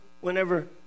whenever